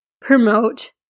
promote